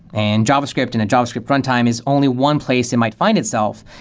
and javascript and a javascript runtime is only one place it might find itself.